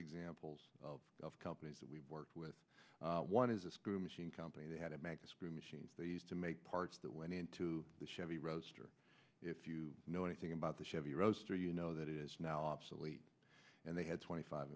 examples of companies that we've worked with one is a screw machine company they had a mega screw machine they used to make parts that went into the chevy roadster if you know anything about the chevy roaster you know that it is now obsolete and they had twenty five